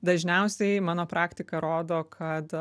dažniausiai mano praktika rodo kad